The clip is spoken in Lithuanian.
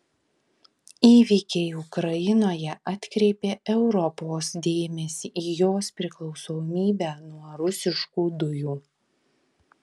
įvykiai ukrainoje atkreipė europos dėmesį į jos priklausomybę nuo rusiškų dujų